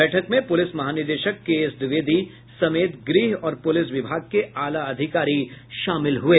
बैठक में पुलिस महानिदेशक केएस द्विवेदी समेत गृह और पुलिस विभाग के आला अधिकारी शामिल हुये